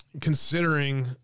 considering